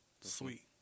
sweet